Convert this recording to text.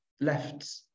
left